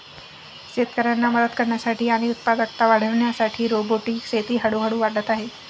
शेतकऱ्यांना मदत करण्यासाठी आणि उत्पादकता वाढविण्यासाठी रोबोटिक शेती हळूहळू वाढत आहे